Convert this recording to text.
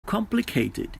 complicated